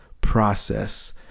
process